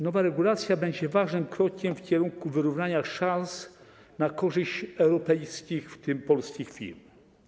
Nowa regulacja będzie ważnym krokiem w kierunku wyrównania szans na korzyść europejskich, w tym polskich, firm.